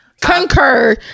Concur